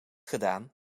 gedaan